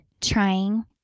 trying